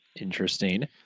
Interesting